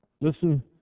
Listen